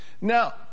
Now